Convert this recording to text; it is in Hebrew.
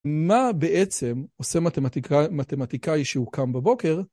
מה בעצם עושה מתמטיקאי כשהוא קם בבוקר?